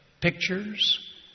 pictures